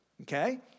okay